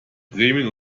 bremen